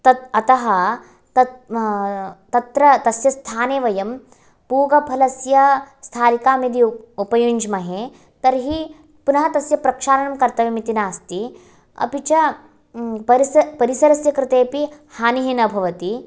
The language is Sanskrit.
तत् अत तत् तत्र तस्य स्थाने वयं पूगफलस्य स्थालिकां यदि उपयुञ्ज्महे तर्हि पुन तस्य प्रक्षालनं कर्तव्यमिति नास्ति अपि च परिसरः परिसरस्य कृतेपि हानि न भवति